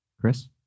Chris